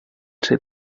set